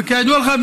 וכידוע לך,